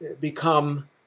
become